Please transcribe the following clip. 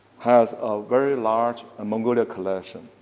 has a very large ah mongolian collection,